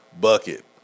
bucket